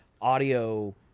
audio